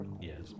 Yes